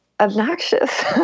obnoxious